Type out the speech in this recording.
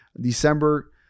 december